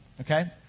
Okay